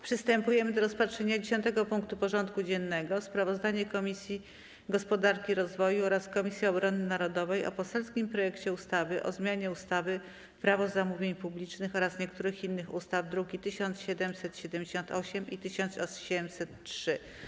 Przystępujemy do rozpatrzenia punktu 10. porządku dziennego: Sprawozdanie Komisji Gospodarki i Rozwoju oraz Komisji Obrony Narodowej o poselskim projekcie ustawy o zmianie ustawy - Prawo zamówień publicznych oraz niektórych innych ustaw (druki nr 1778 i 1803)